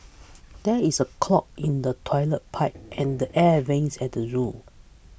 there is a clog in the Toilet Pipe and the Air Vents at the zoo